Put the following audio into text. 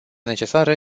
necesară